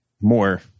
more